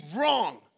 wrong